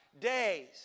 days